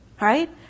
right